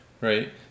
right